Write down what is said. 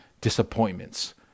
disappointments